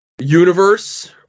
universe